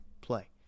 play